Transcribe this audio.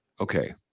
okay